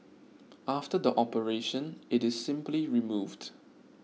after the operation it is simply removed